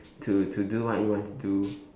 to to do what you want to do